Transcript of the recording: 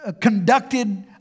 conducted